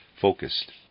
focused